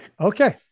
Okay